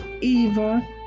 Eva